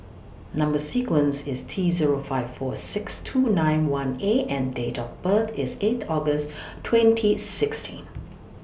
Number sequence IS T Zero five four six two nine one A and Date of birth IS eight August twenty sixteen